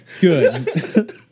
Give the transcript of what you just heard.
Good